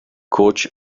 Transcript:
coach